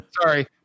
sorry